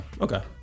Okay